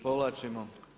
Povlačimo.